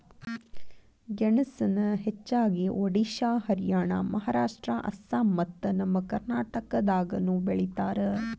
ಗೆಣಸನ ಹೆಚ್ಚಾಗಿ ಒಡಿಶಾ ಹರಿಯಾಣ ಮಹಾರಾಷ್ಟ್ರ ಅಸ್ಸಾಂ ಮತ್ತ ನಮ್ಮ ಕರ್ನಾಟಕದಾಗನು ಬೆಳಿತಾರ